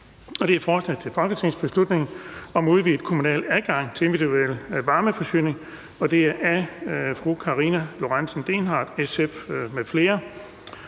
nr. B 92: Forslag til folketingsbeslutning om udvidet kommunal adgang til individuel varmeforsyning. Af Karina Lorentzen Dehnhardt (SF) m.fl.